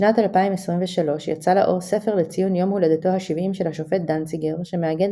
בשנת 2023 יצא לאור ספר לציון יום הולדתו ה-70 של השופט דנציגר שמאגד